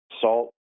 salt